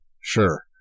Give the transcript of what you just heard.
Sure